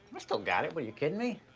still got it, what are you kidding me?